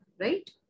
Right